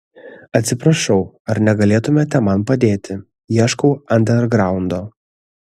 atsiprašau ar negalėtumėte man padėti ieškau andergraundo